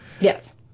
Yes